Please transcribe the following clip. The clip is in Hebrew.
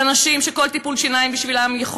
אנשים שכל טיפול שיניים בשבילם יכול